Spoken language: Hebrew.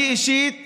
אני אישית